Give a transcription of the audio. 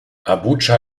abuja